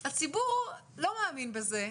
הציבור לא מאמין בזה,